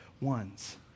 ones